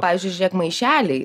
pavyzdžiui žiūrėk maišeliai